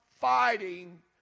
fighting